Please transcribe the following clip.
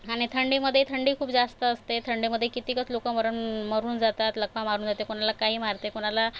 आणि थंडीमध्ये थंडी खूप जास्त असते थंडीमध्ये कितीकच लोकं मरन मरून जातात लकवा मारून जाते कुणाला काही मारते कुणाला